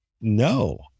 No